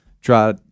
try